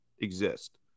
exist